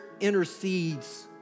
intercedes